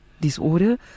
disorder